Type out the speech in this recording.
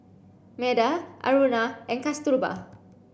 Medha Aruna and Kasturba